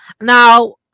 Now